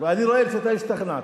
אני רואה שאתה השתכנעת.